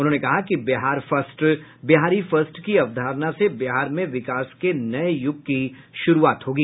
उन्होंने कहा कि बिहार फर्स्ट बिहारी फर्स्ट की अवधारणा से बिहार में विकास के नये युग की शुरूआत होगी